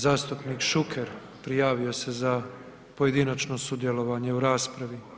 Zastupnik Šuker prijavio se za pojedinačno sudjelovanje u raspravi.